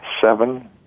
seven